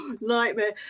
nightmare